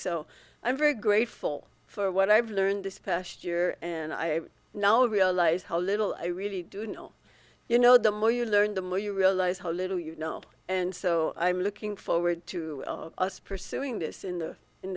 so i'm very grateful for what i've learned this past year and i now realize how little i really do know you know the more you learn the more you realize how little you know and so i'm looking forward to us pursuing this in the in